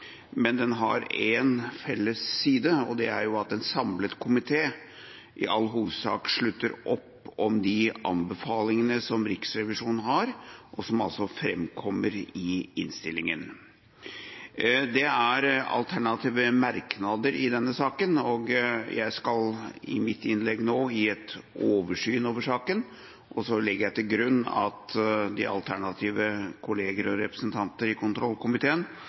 Men den har en felles side, og det er at en samlet komité – i all hovedsak – slutter opp om de anbefalingene som Riksrevisjonen har, og som altså framkommer i innstillingen. Det er alternative merknader i denne saken. Jeg skal i mitt innlegg nå gi et oversyn over saken, og så legger jeg til grunn at de alternative kolleger og representanter i kontrollkomiteen